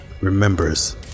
remembers